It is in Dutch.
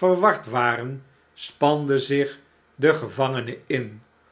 verward waren spande zich de gevangene in